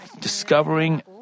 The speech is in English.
discovering